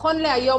נכון להיום,